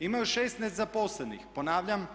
Imaju 16 zaposlenih, ponavljam